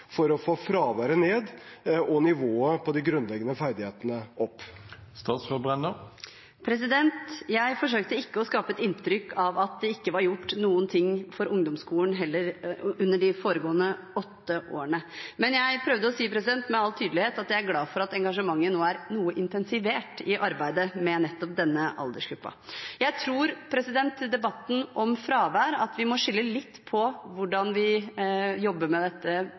for å få fraværet ned og nivået på de grunnleggende ferdighetene opp? Jeg forsøkte da heller ikke å skape et inntrykk av at det ikke var gjort noen ting for ungdomsskolen under de foregående åtte årene, men jeg prøvde å si med all tydelighet at jeg er glad for at engasjementet nå er noe intensivert i arbeidet med nettopp denne aldersgruppen. Til debatten om fravær: Jeg tror at vi må skille litt på hvordan vi jobber med dette